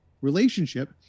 relationship